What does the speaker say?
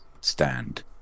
stand